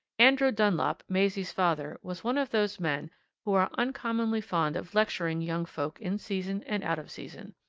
andrew dunlop, maisie's father, was one of those men who are uncommonly fond of lecturing young folk in season and out of season.